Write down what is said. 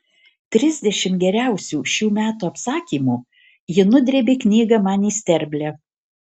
trisdešimt geriausių šių metų apsakymų ji nudrėbė knygą man į sterblę